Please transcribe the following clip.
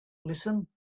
listen